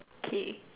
okay